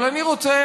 אבל אני רוצה,